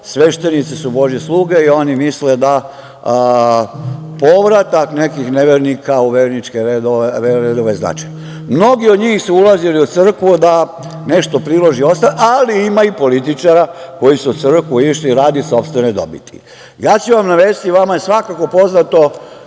Sveštenici su Božje sluge i oni misle da povratak nekih nevernika u verničke redove je značajna. Mnogi od njih su ulazili u crkvu da nešto prilože, ostave, ali ima i političara koji su u crkvu išli radi sopstvene dobiti. Ja ću vam navesti, vama je svakako poznato,